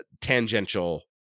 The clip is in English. tangential